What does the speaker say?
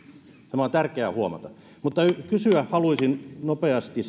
tämä on tärkeää huomata haluaisin kysyä nopeasti